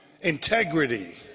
Integrity